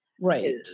Right